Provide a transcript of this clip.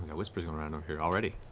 whispers going around over here already,